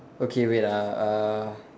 okay wait ah uh